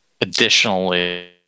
Additionally